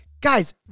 guys